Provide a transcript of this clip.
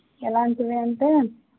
ఎలాంటివి అంటే